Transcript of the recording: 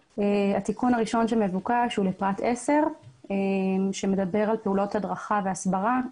התיקון הראשון שמבוקש הוא לפרט 10 שמדבר על פעולות הדרכה והסברה.